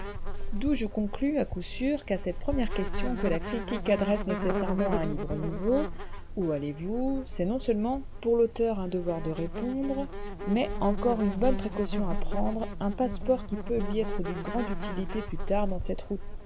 d'où je conclus à coup sûr qu'à cette première question que la critique adresse nécessairement à un livre nouveau où allez-vous c'est non-seulement pour l'auteur un devoir de répondre mais encore une bonne précaution à prendre un passe-port qui peut lui être d'une grande utilité plus tard dans cette route